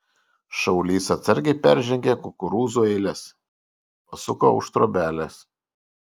šaulys atsargiai peržengė kukurūzų eiles pasuko už trobelės